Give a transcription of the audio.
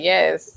Yes